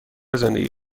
زندگی